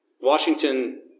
Washington